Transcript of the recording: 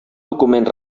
document